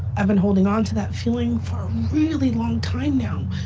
i've been holding onto that feeling for a really long time now,